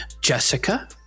Jessica